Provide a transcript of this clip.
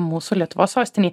mūsų lietuvos sostinėj